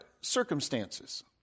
circumstances